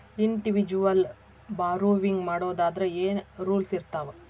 Individual borrowing ಮಾಡೊದಾದ್ರ ಏನ್ ರೂಲ್ಸಿರ್ತಾವ?